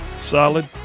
Solid